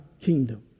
kingdom